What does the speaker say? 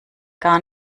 gar